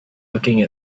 looking